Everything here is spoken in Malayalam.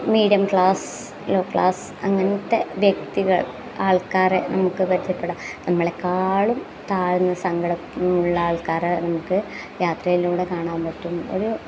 മീഡിയം ക്ലാസ് ലോ ക്ലാസ് അങ്ങനത്തെ വ്യക്തികൾ ആൾക്കാരെ നമുക്ക് പരിചയപ്പെടാം നമ്മളെക്കാളും താഴ്ന്ന് സങ്കടമുള്ള ആൾക്കാരെ നമുക്ക് യാത്രയിലൂടെ കാണാൻ പറ്റും ഒരു